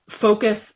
focus